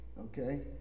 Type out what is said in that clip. okay